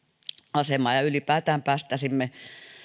asemaa ja ylipäätään päästäisimme